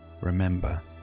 Remember